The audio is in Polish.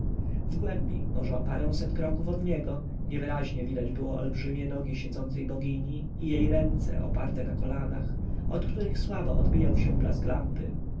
w głębi może o paręset kroków od niego niewyraźnie widać było olbrzymie nogi siedzącej bogini i jej ręce oparte na kolanach od których słabo odbijał się blask lamp